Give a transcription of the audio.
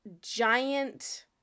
giant